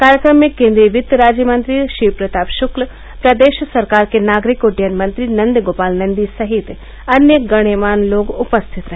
कार्यक्रम में केन्द्रीय वित्त राज्य मंत्री शिव प्रताप शुक्ल प्रदेश सरकार के नागरिक उड्डयन मंत्री नन्द गोपाल नंदी सहित अन्य गण्यमान्य लोग उपस्थित रहे